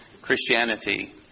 Christianity